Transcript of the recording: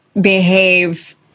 behave